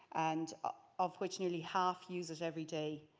and of which nearly half use it every day.